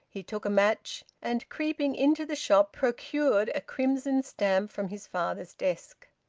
he took a match, and, creeping into the shop, procured a crimson stamp from his father's desk.